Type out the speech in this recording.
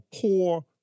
poor